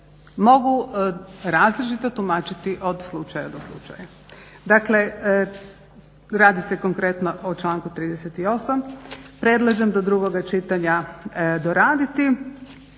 mogu različito tumačiti od slučaja do slučaja. Dakle radi se konkretno o članku 38.prelažem do drugoga čitanja doraditi.